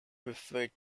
preferred